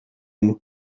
nous